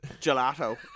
gelato